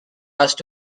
asked